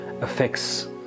affects